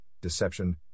deception